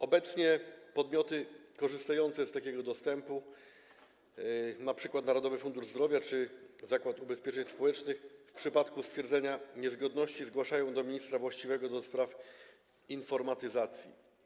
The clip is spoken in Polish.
Obecnie podmioty korzystające z takiego dostępu, np. Narodowy Fundusz Zdrowia czy Zakład Ubezpieczeń Społecznych, w przypadku stwierdzenia niezgodności zgłaszają je do ministra właściwego do spraw informatyzacji.